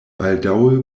baldaŭe